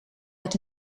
met